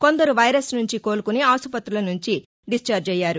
కొందరు వైరస్ నుంచి కోలుకుని అసుపతుల నుంచి డిశ్చార్జ్ అయ్యారు